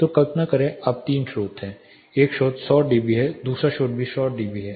तो कल्पना करें कि अब 3 स्रोत हैं एक स्रोत 100 डीबी है दूसरा स्रोत भी 100 डीबी है